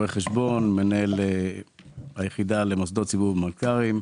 רואה חשבון, מנהל היחידה למוסדות ציבור ומלכ"רים.